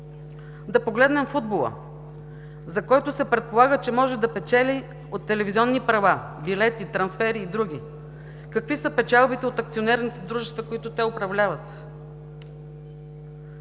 Да погледнем футбола, за който се предполага, че може да печели от телевизионни права, билети, трансфери и други. Какви са печалбите от акционерните дружества, които те управляват?